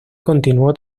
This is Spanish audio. continuó